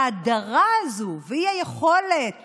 ההדרה הזאת, והאי-יכולת